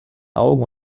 augen